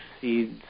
seeds